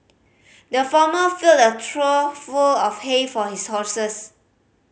the farmer filled a trough full of hay for his horses